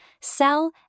sell